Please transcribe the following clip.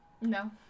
No